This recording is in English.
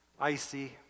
icy